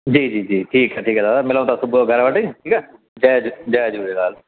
जी जी जी ठीकु आहे ठीकु आहे दादा मिलूं था सुॿुह जो घर वटि ठीकु आहे जय जय झूलेलाल